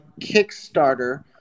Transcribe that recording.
Kickstarter